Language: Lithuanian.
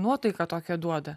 nuotaiką tokią duoda